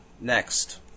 next